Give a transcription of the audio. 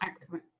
Excellent